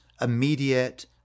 immediate